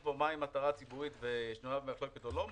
פה מהי מטרה ציבורית שנויה במחלוקת או לא במחלוקת,